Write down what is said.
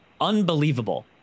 Unbelievable